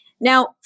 Now